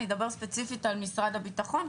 אני אדבר ספציפית על משרד הביטחון,